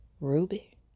Ruby